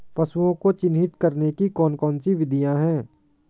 पशुओं को चिन्हित करने की कौन कौन सी विधियां हैं?